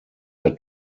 der